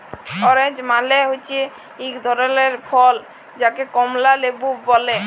orange মালে হচ্যে এক ধরলের ফল যাকে কমলা লেবু ব্যলে